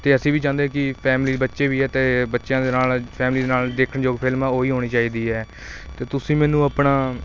ਅਤੇ ਅਸੀਂ ਵੀ ਚਾਹੁੰਦੇ ਕਿ ਫੈਮਿਲੀ ਬੱਚੇ ਵੀ ਹੈ ਅਤੇ ਬੱਚਿਆਂ ਦੇ ਨਾਲ ਫੈਮਿਲੀ ਦੇ ਨਾਲ ਦੇਖਣਯੋਗ ਫਿਲਮਾਂ ਉਹੀ ਹੋਣੀ ਚਾਹੀਦੀ ਹੈ ਅਤੇ ਤੁਸੀਂ ਮੈਨੂੰ ਆਪਣਾ